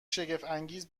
شگفتانگیز